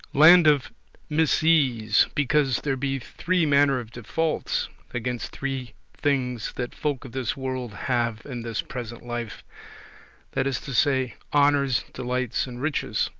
land of misease, because there be three manner of defaults against three things that folk of this world have in this present life that is to say, honours, delights, and riches.